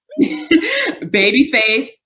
Babyface